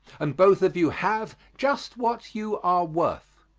and both of you have just what you are worth.